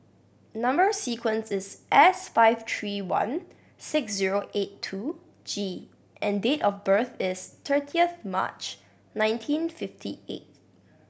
number sequence is S five three one six zero eight two G and date of birth is thirtieth March nineteen fifty eight